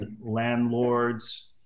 landlords